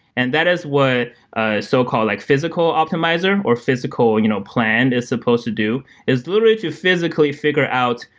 and that is what ah so called like physical optimizer, or physical you know plan is supposed to do, is literally to physically figure out,